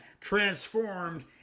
transformed